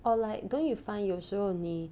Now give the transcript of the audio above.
or like don't you find 有时候你